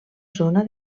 zona